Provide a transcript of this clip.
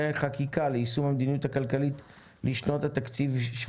חקיקה ליישום המדיניות הכלכלית לשנות התקציב 2018-2017)